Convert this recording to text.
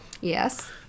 Yes